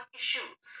issues